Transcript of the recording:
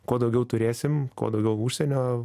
kuo daugiau turėsim kuo daugiau užsienio